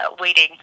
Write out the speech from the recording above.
waiting